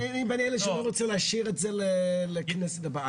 בין אלה שלא רוצים להשאיר את זה לכנסת הבאה.